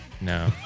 No